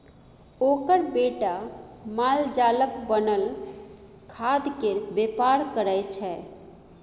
ओकर बेटा मालजालक बनल खादकेर बेपार करय छै